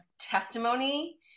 testimony